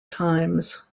times